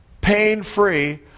pain-free